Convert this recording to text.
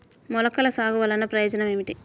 మొలకల సాగు వలన ప్రయోజనం ఏమిటీ?